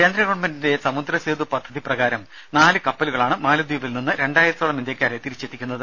കേന്ദ്ര ഗവൺമെന്റിന്റെ സമുദ്രസേതു പദ്ധതി പ്രകാരം നാലു കപ്പലുകളാണ് മാലിദ്വീപിൽ നിന്ന് രണ്ടായിരത്തോളം ഇന്ത്യക്കാരെ തിരിച്ചെത്തിക്കുന്നത്